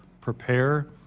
prepare